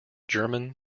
german